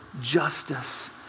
justice